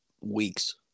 weeks